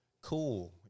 cool